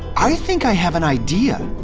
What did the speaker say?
i think i have an idea.